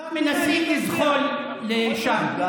מנסים לזחול לשם.